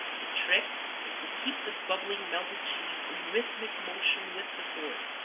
the trick is to keep the bubbling melted cheese in rhythmic motion with the fork,